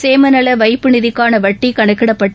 சேமநலவைப்புநிதிக்கானவட்டிகணக்கிடப்பட்டு